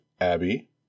Abby